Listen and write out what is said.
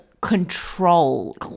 control